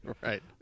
Right